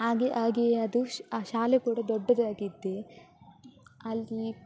ಹಾಗೆ ಹಾಗೆಯೇ ಅದು ಶ್ ಆ ಶಾಲೆ ಕೂಡ ದೊಡ್ಡದಾಗಿದೆ ಅಲ್ಲಿ